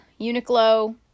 Uniqlo